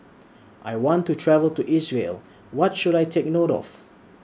I want to travel to Israel What should I Take note of